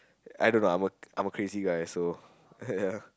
I don't know I'm a I'm a crazy guy so